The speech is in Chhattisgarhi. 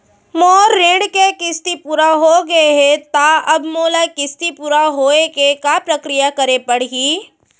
मोर ऋण के किस्ती पूरा होगे हे ता अब मोला किस्ती पूरा होए के का प्रक्रिया करे पड़ही?